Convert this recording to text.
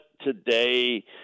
today